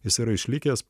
jis yra išlikęs